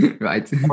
right